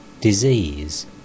disease